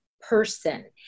person